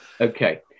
Okay